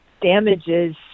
damages